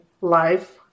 life